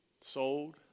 sold